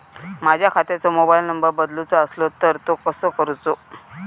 माझ्या खात्याचो mobile number बदलुचो असलो तर तो कसो करूचो?